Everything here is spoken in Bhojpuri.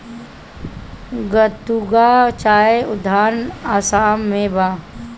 गतूंगा चाय उद्यान आसाम में बा